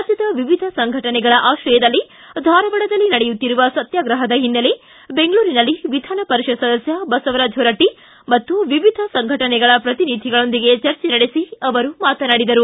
ರಾಜ್ಯದ ವಿವಿಧ ಸಂಘಟನೆಗಳ ಆತ್ರಯದಲ್ಲಿ ಧಾರವಾಡದಲ್ಲಿ ನಡೆಯುತ್ತಿರುವ ಸತ್ತಾಗ್ರಹದ ಹಿನ್ನೆಲೆ ಬೆಂಗಳೂರಿನಲ್ಲಿ ವಿಧಾನಪರಿಷತ್ ಸದಸ್ಕ ಬಸವರಾಜ ಹೊರಟ್ಟ ಮತ್ತು ವಿವಿಧ ಸಂಟಫನೆಗಳ ಪ್ರತಿನಿಧಿಗಳೊಂದಿಗೆ ಚರ್ಚೆ ನಡೆಸಿ ಅವರು ಮಾತನಾಡಿದರು